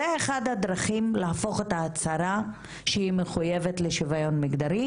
זו אחת הדרכים להפוך את ההצהרה שהיא מחויבת לשוויון מגדרי,